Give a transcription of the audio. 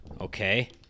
Okay